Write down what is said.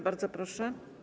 Bardzo proszę.